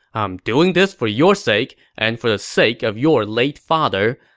i'm doing this for your sake, and for the sake of your late father.